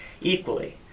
equally